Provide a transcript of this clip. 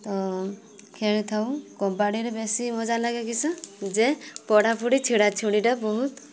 ତ ଖେଳିଥାଉ କବାଡ଼ିରେ ବେଶୀ ମଜା ଲାଗେ କିସ ଯେ ପଡ଼ାପୁଡ଼ା ଛିଡ଼ାଛୁଡ଼ିଟା ବହୁତ